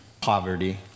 poverty